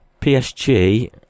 PSG